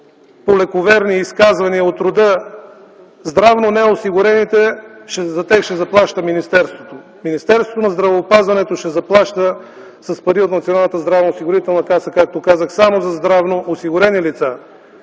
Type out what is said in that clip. по лековерни изказвания от рода, че за здравнонеосигурените ще заплаща министерството. Министерството на здравеопазването ще заплаща с пари от Националната здравноосигурителна каса, както казах, само за здравноосигурени лица,